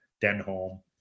Denholm